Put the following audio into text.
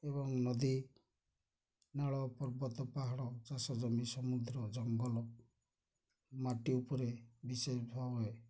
ଏବଂ ନଦୀ ନାଳ ପର୍ବତ ପାହାଡ଼ ଚାଷ ଜମି ସମୁଦ୍ର ଜଙ୍ଗଲ ମାଟି ଉପରେ ବିଶେଷ ଭାବେ